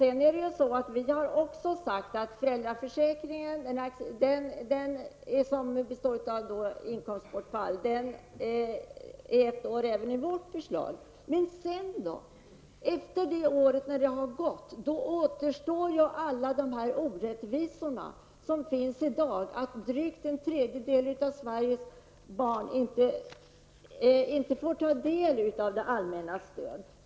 Enligt vårt förslag skall föräldraförsäkringen även i fortsättningen vara ett år. Men sedan då? När detta år har gått återstår alla de orättvisor som finns i dag, dvs. att drygt en tredjedel av Sveriges barn inte får ta del av det allmännas stöd.